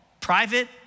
private